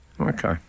Okay